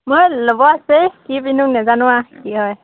মই ল'ব আছেই কি পন্ধো নাজানো আৰু কি হয়